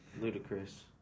Ludicrous